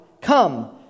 Come